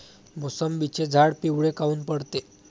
मोसंबीचे झाडं पिवळे काऊन पडते?